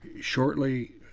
Shortly